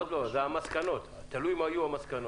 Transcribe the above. עוד לא, תלוי מה יהיו המסקנות.